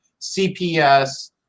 CPS